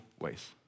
ways